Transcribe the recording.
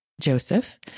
Joseph